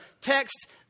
text